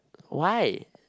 why